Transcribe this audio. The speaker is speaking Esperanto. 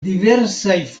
diversaj